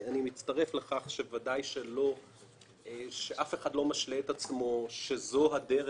אני מצטרף לכך שוודאי שאף אחד לא משלה את עצמו שזו הדרך